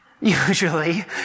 usually